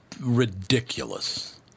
ridiculous